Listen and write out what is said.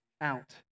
out